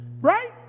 Right